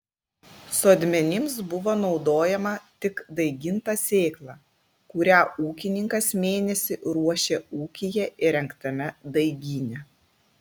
sodmenims buvo naudojama tik daiginta sėkla kurią ūkininkas mėnesį ruošė ūkyje įrengtame daigyne